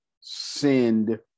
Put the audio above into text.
send